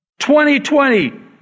2020